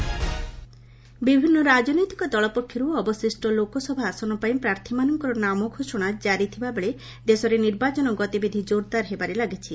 election roundup ବିଭିନ୍ନ ରାଜନୈତିକ ଦଳ ପକ୍ଷରୁ ଅବଶିଷ୍ଟ ଲୋକସଭା ଆସନ ପାଇଁ ପ୍ରାର୍ଥୀଙ୍କର ନାମ ଘୋଷଣା କାରି ଥିବାବେଳେ ଦେଶରେ ନିର୍ବାଚନ ଗତିବିଧି ଜୋରଦାର ହେବାରେ ଲାଗିଛି